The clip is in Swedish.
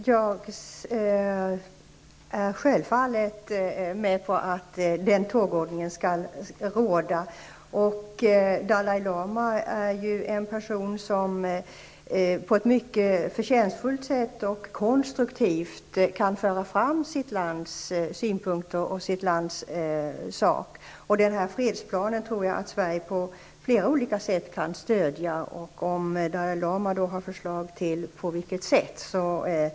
Republiken Slovenien har utropat sig som självständig stat. Beslutet har föregåtts av en folkomröstning. Vid denna omröstning gav det slovenska folket sitt starka stöd för en självständig slovensk stat. Det slovenska folket har i fria allmänna val utsett ett eget parlament och regering. Den slovenska regeringen har kontroll över det slovenska territoriet. Den har därtill kontroll över de organ som är nödvändiga för att styra landet. Den nya republiken Slovenien uppfyller därmed alla de krav som Sverige har för att erkänna en ny stat och upprätta diplomatiska förbindelser.